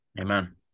Amen